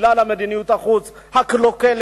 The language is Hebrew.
בגלל מדיניות החוץ הקלוקלת,